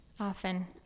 Often